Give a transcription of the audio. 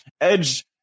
edge